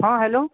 हँ हेलो